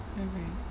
mm mm